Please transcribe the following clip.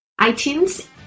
iTunes